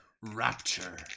Rapture